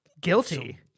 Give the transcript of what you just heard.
guilty